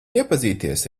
iepazīties